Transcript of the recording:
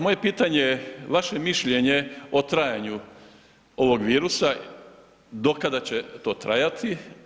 Moje pitanje, vaše mišljenje o trajanju ovog virusa, do kada će to trajati?